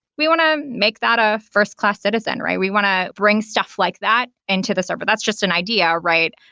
we want to make that ah first-class citizen, right? we want to bring stuff like that into the server. that's just an idea, right?